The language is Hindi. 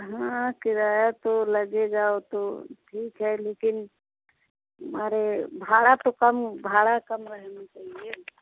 हाँ किराया तो लगेगा वह तो ठीक है लेकिन अरे भाड़ा तो कम भाड़ा कम रहना चाहिए